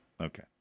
Okay